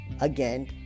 Again